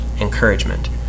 encouragement